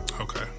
Okay